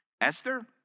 Esther